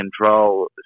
control